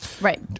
Right